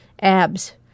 abs